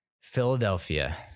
Philadelphia